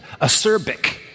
acerbic